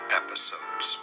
episodes